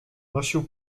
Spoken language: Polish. nosił